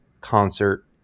concert